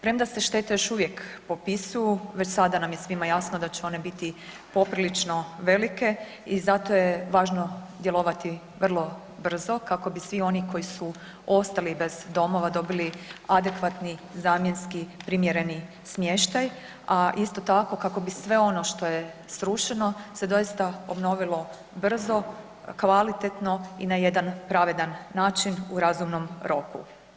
Premda se štete još uvijek popisuju već sada nam je svima jasno da će one biti poprilično velike i zato je važno djelovati vrlo brzo kako bi svi oni koji su ostali bez domova dobili adekvatni zamjenski primjereni smještaj, a isto tako kako bi sve ono što je srušeno se doista obnovilo brzo, kvalitetno i na jedan pravedan način u razumnom roku.